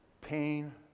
pain